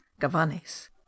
gavanes